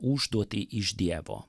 užduotį iš dievo